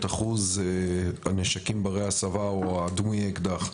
אחוז הנשקים ברי ההסבה או דמויי האקדח.